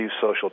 social